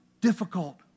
difficult